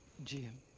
jim.